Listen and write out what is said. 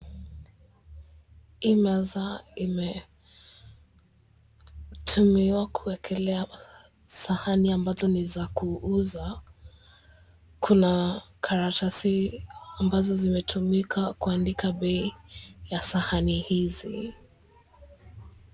Hii meza imetumiwa kuwekelea sahani ambazo ni za kuuza. Kuna karatasi ambazo zimetumika kuandika bei ya sahani hizi.